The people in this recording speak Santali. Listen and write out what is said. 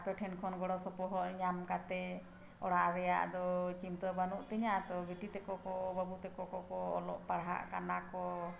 ᱟᱯᱮ ᱴᱷᱮᱱ ᱠᱷᱚᱱ ᱜᱚᱲᱚ ᱥᱚᱯᱚᱦᱚᱫ ᱧᱟᱢ ᱠᱟᱛᱮᱫ ᱚᱲᱟᱜ ᱨᱮᱱᱟᱜ ᱫᱚ ᱪᱤᱱᱛᱟᱹ ᱵᱟᱹᱱᱩᱜ ᱛᱤᱧᱟ ᱛᱚ ᱵᱤᱴᱤ ᱛᱟᱠᱚ ᱠᱚ ᱵᱟᱵᱩ ᱛᱟᱠᱚ ᱠᱚᱠᱚ ᱚᱞᱚᱜ ᱯᱟᱲᱦᱟᱜ ᱠᱟᱱᱟ ᱠᱚ